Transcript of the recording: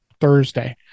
Thursday